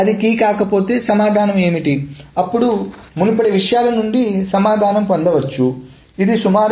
అది కీ కాకపోతే సమాధానం ఏమిటి అప్పుడు మునుపటి విషయాల నుండి సమాధానం పొందవచ్చు ఇది సుమారుగా ఉంటుంది